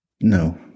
No